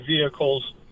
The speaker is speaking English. vehicles